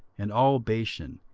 and all bashan,